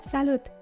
Salut